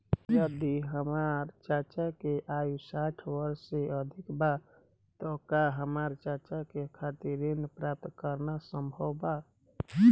यदि हमार चाचा के आयु साठ वर्ष से अधिक बा त का हमार चाचा के खातिर ऋण प्राप्त करना संभव बा?